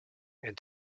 and